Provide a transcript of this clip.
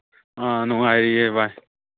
ꯑ ꯅꯨꯡꯉꯥꯏꯔꯤꯌꯦ ꯚꯥꯏ